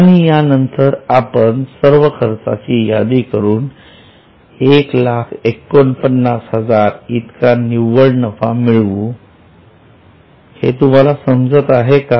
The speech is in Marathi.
आणि यानंतर आपण सर्व खर्चाची यादी करून एक लाख 49 हजार इतका निव्वळ नफा मिळवू हे तुम्हाला समजत आहे का